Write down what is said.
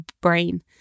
brain